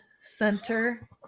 center